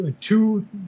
two